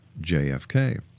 JFK